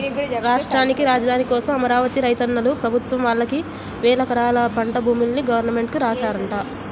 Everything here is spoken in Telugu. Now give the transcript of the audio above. రాష్ట్రానికి రాజధాని కోసం అమరావతి రైతన్నలు ప్రభుత్వం వాళ్ళకి వేలెకరాల పంట భూముల్ని గవర్నమెంట్ కి రాశారంట